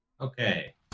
Okay